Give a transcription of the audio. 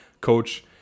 coach